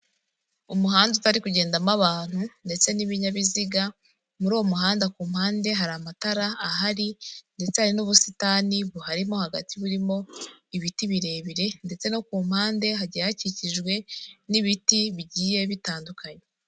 Umuhanda utari kugendamo abantu, ndetse n'ibinyabiziga, muri uwo muhanda ku mpande hari amatara ahari, ndetse hari n'ubusitani, harimo hagati burimo ibiti birebire ndetse no ku mpande hagiye hakikijwe n'ibiti bigiye bitandukanye.